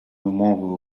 мовою